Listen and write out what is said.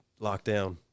lockdown